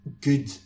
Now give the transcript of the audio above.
good